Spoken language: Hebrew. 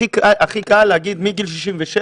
הכי קל להגיד מגיל 67,